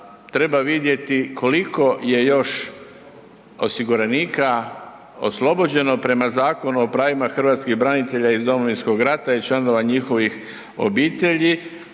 treba vidjeti koliko je još osiguranika oslobođeno prema Zakona o pravima hrvatskih branitelja iz Domovinskog rata i članova njihovih obitelji